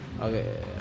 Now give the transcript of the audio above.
Okay